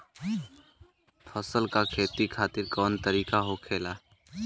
फसल का खेती खातिर कवन तरीका होखेला?